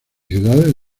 ciudades